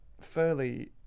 fairly